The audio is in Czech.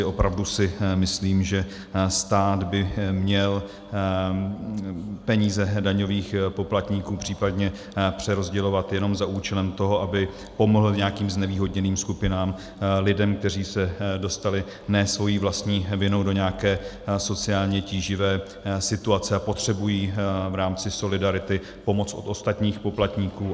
Opravdu si myslím, že stát by měl peníze daňových poplatníků případně přerozdělovat jenom za účelem toho, aby pomohl nějakým znevýhodněným skupinám, lidem, kteří se dostali ne svou vlastní vinou do nějaké sociálně tíživé situace a potřebují v rámci solidarity pomoc od ostatních poplatníků.